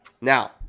Now